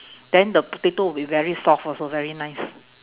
then the potato will be very soft also very nice